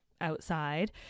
outside